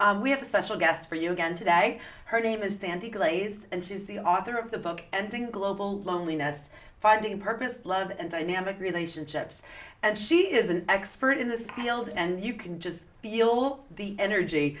shout we have a special guest for you again today her name is sandy glaze and she is the author of the book and think global loneliness finding purpose love and i am a relationships and she is an expert in this field and you can just feel the energy